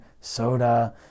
soda